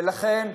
ולכן,